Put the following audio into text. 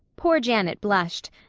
poor janet blushed,